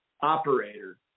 operator